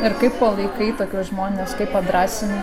ir kaip palaikai tokius žmones padrąsini